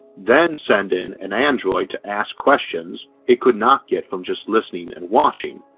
then send in an android to ask questions it could not get from just listening and watching,